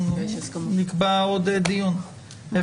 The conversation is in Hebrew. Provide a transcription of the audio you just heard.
שנקבע עוד דיון בקרוב,